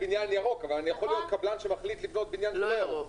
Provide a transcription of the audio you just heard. זה בניין ירוק אבל אני יכול להיות קבלן שמחליט לבנות בניין לא ירוק.